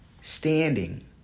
standing